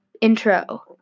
intro